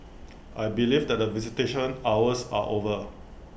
I believe that the visitation hours are over